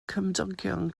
cymdogion